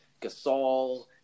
Gasol